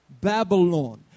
Babylon